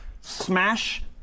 smash